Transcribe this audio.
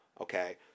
Okay